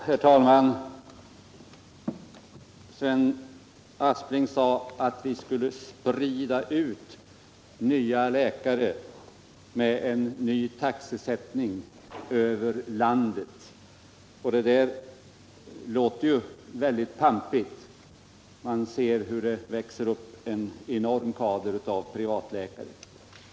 Herr talman! Sven Aspling sade att vi skulle sprida ut nya läkare över landet med en ny taxesättning. Det låter ju pampigt och man kan se hur det växer upp en enorm kader av privatläkare.